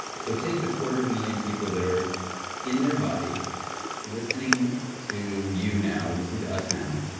so take the quarter million people that are in their bodies listening to you now or listening to us now.